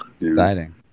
exciting